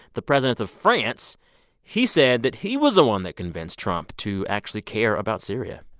the president of france he said that he was the one that convinced trump to actually care about syria.